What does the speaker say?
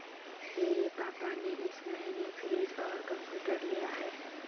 मेरे पापा ने इस महीने फ्रीज और कंप्यूटर लिया है